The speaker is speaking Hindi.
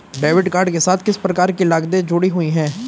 डेबिट कार्ड के साथ किस प्रकार की लागतें जुड़ी हुई हैं?